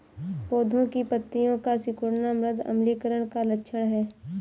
पौधों की पत्तियों का सिकुड़ना मृदा अम्लीकरण का लक्षण है